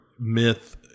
myth